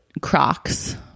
Crocs